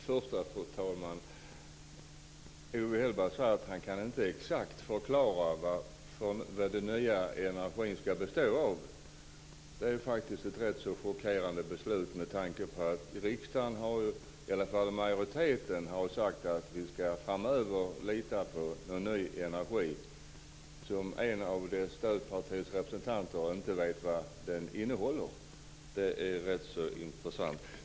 Fru talman! Owe Hellberg säger att han inte exakt kan förklara vad den nya energin ska bestå av. Det är faktiskt ett ganska chockerande uttalande med tanke på att majoriteten i riksdagen har sagt att vi framöver ska lita på ny energi. En representant för stödpartierna vet inte vad den nya energin ska komma ifrån. Det är ganska intressant.